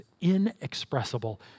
inexpressible